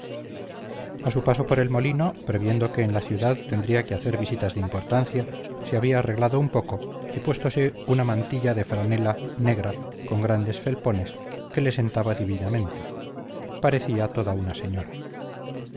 a su paso por el molino previniendo que en la ciudad tendría que hacer visitas de importancia se había arreglado un poco y puéstose una mantilla de franela negra con grandes felpones que la sentaba divinamente parecía toda una señora